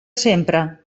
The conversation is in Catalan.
sempre